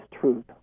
truth